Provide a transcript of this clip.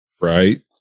Right